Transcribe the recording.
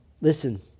Listen